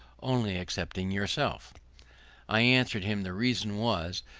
only excepting yourself i answered him, the reason was,